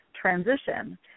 transition